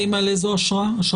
באיזו אשרה נמצאים האנשים האלה?